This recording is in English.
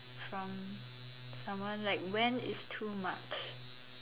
from someone like when is too much